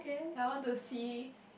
I want to see